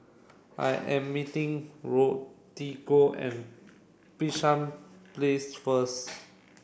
I am meeting Rodrigo at Bishan Place first